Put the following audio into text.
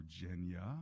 Virginia